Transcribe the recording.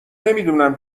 نمیدونم